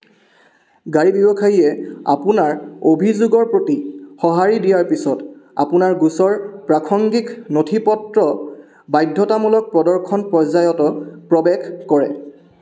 গাড়ী ব্যৱসায়ীয়ে আপোনাৰ অভিযোগৰ প্ৰতি সঁহাৰি দিয়াৰ পিছত আপোনাৰ গোচৰ প্ৰাসংগিক নথি পত্ৰ বাধ্যতামূলক প্ৰদৰ্শন পৰ্যায়ত প্ৰৱেশ কৰে